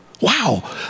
wow